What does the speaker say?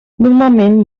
normalment